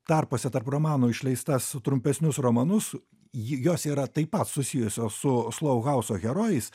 tarpuose tarp romano išleistas trumpesnius romanus jos yra taip pat susijusios su slau hauso herojais